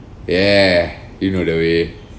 yeah you know the way